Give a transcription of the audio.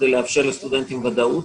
כדי לאפשר לסטודנטים ודאות.